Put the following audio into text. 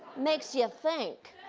makes you think.